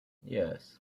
yes